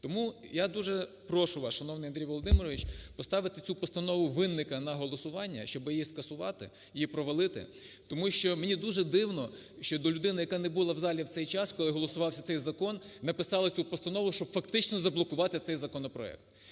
Тому, я дуже прошу вас, шановний Андрій Володимирович, поставити цю постанову Вінника на голосування, щоб її скасувати, її провалити. Тому що мені дуже дивно, що до людини, яка не була в залі цей час, коли голосувався цей закон, написала цю постанову, щоб фактично заблокувати цей законопроект?